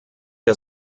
der